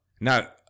now